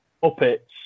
puppets